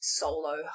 solo